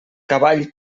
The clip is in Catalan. cavall